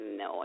no